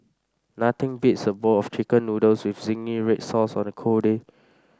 nothing beats a bowl of chicken noodles with zingy red sauce on a cold day